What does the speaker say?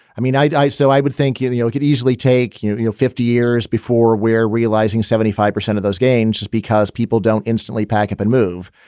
i mean, i i so i would think, you know, and you know could easily take, you you know, fifty years before we're realizing seventy five percent of those gains just because people don't instantly pack up and move.